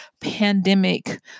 pandemic